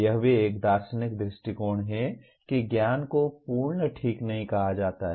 यह भी एक दार्शनिक दृष्टिकोण है कि ज्ञान को पूर्ण ठीक नहीं कहा जाता है